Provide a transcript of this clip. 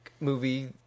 movie